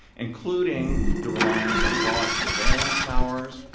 including the reliance on broad surveillance powers,